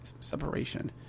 separation